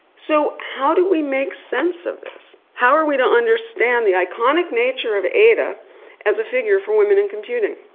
so how do we make sense of this? how are we to understand the iconic nature of ada as a figure for women in computing?